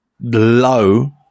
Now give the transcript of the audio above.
low